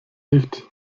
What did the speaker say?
nicht